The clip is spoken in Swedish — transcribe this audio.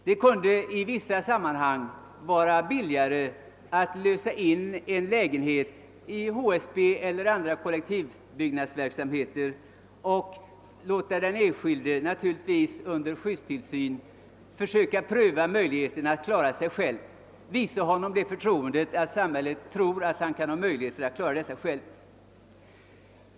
Det kunde i vissa sammanhang vara billigare att lösa in en lägenhet i HSB eller något annat kollektivbyggnadsföretag och låta den enskilde — naturligtvis under skyddstillsyn — få känna att samhället har förtroende för honom och tror att han har möjlighet att klara sig själv.